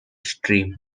stream